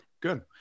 good